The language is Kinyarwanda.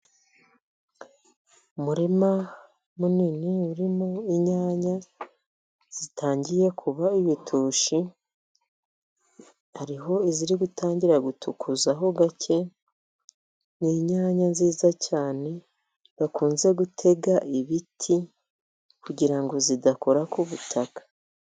Umuririma munini urimo inyanya zitangiye kuba ibitushi, hariho iziri gutangira gutukuzaho gake, ni inyanya nziza cyane bakunze gutega ibiti, kugira ngo zidakora ku butaka.